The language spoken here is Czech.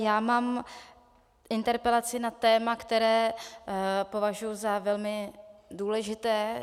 Já mám interpelaci na téma, které považuji za velmi důležité.